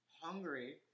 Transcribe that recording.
hungry